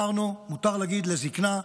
מותר להגיד "לזקנה",